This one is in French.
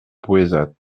poëzat